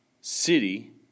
city